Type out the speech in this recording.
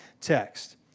text